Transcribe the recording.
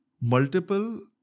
multiple